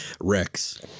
rex